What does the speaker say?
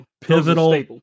pivotal